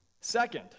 Second